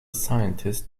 scientist